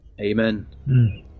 Amen